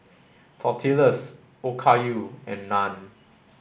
Tortillas Okayu and Naan